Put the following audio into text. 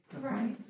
Right